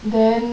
then